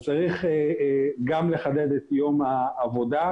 אז צריך גם לחדד את יום העבודה.